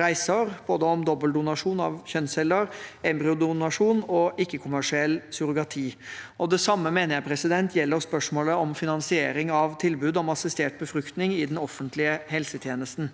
reiser, om både dobbeltdonasjon av kjønnsceller, embryodonasjon og ikke-kommersiell surrogati. Det samme mener jeg gjelder spørsmålet om finansiering av tilbud om assistert befruktning i den offentlige helsetjenesten.